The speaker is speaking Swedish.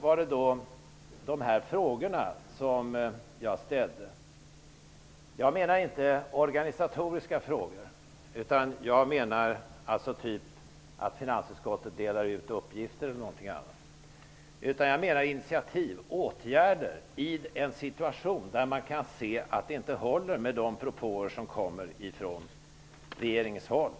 Med de frågor jag ställde menade jag inte organisatoriska frågor, exempelvis att finansutskottet delar ut uppgifter eller liknande, utan initiativ och åtgärder i en situation där man kan se att de propåer som kommer från regeringen inte håller.